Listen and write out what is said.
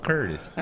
Curtis